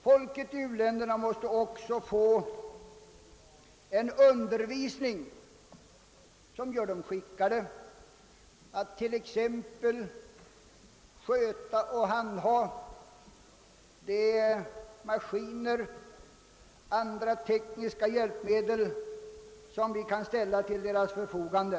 Folket i u-länderna måste också få en undervisning som gör dem skickade att t.ex. sköta de maskiner och andra tekniska hjälpmedel som vi kan ställa till deras förfogande.